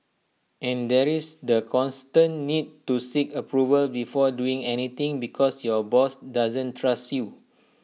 and there is the constant need to seek approval before doing anything because your boss doesn't trust you